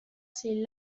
c’est